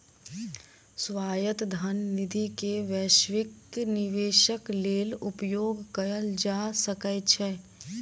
स्वायत्त धन निधि के वैश्विक निवेशक लेल उपयोग कयल जा सकै छै